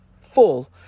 full